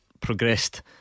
progressed